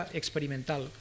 experimental